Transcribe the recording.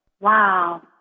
Wow